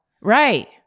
Right